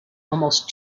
almost